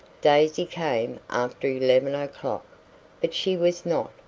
daisy came after eleven o'clock but she was not,